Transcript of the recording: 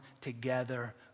together